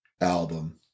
album